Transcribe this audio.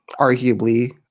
arguably